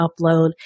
upload